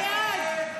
לא